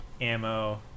ammo